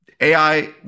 AI